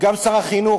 גם שר החינוך,